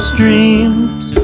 dreams